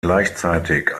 gleichzeitig